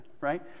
right